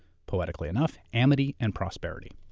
poetically enough, amity and prosperity.